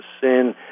sin